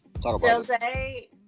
Jose